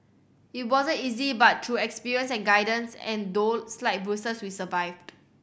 it wasn't easy but through experience and guidance and though slight bruised we survived